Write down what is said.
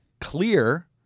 clear